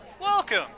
Welcome